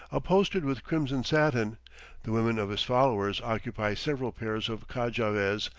upholstered with crimson satin the women of his followers occupy several pairs of kajavehs,